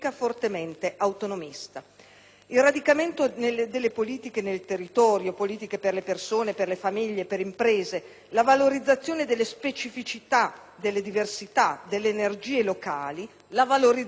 Il radicamento nel territorio delle politiche per le persone, per le famiglie e per le imprese, la valorizzazione delle specificità, delle diversità e delle energie locali, la valorizzazione delle autonomie locali